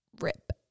rip